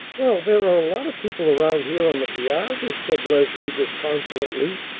well, there are a lot of people around here on the piazzas, said leslie disconsolately.